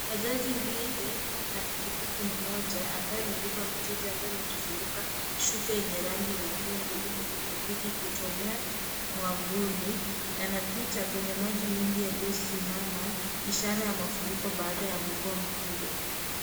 Bajaji mbili na pikipiki moja , ambayo imebeba mteja ambaye amejifunika shuka yenye rangi nyekundu, huku pikipiki ikitolea mwavuli anapita kwa maji mingi yaliyosimama ishara ya mafuriko baada mvua kubwa.